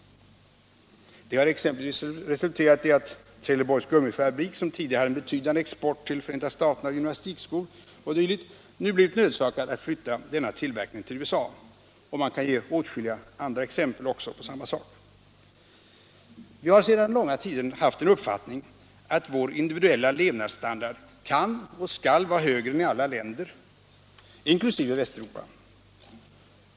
Det har exempelvis resulterat i att Trelleborgs Gummifabrik, som tidigare hade en betydande export till Förenta staterna av gymnastikskor o. d., nu blivit nödsakad att flytta denna tillverkning till USA. Åtskilliga andra exempel kan ges. Vi har sedan långa tider haft en uppfattning att vår individuella levnadsstandard kan och skall vara högre än andra länders, inkl. Västeuropa.